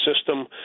system